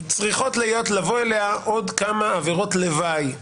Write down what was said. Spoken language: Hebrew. צריכות לבוא אליה עוד כמה עבירות לוואי,